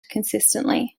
consistently